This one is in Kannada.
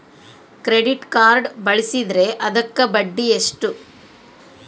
ಕ್ರೆಡಿಟ್ ಕಾರ್ಡ್ ಬಳಸಿದ್ರೇ ಅದಕ್ಕ ಬಡ್ಡಿ ಎಷ್ಟು?